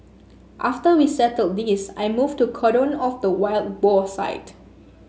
after we settled this I moved to cordon off the wild boar site